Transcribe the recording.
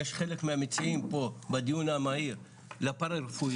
יש חלק מהמציעים פה בדיון המהיר לפרה-רפואיים,